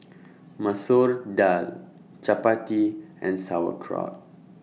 Masoor Dal Chapati and Sauerkraut